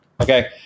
Okay